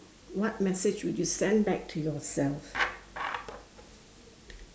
what message would you send back to yourself